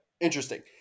interesting